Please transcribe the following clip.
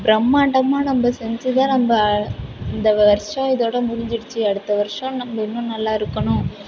பிரமாண்டமாக நம்ம செஞ்சு தான் நம்ப இந்த வருஷம் இதோட முடிஞ்சிடுச்சு அடுத்த வருஷம் நம்ப இன்னும் நல்லா இருக்கணும்